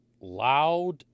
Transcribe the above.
loud